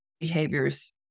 behaviors